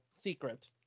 secret